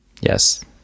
Yes